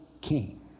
king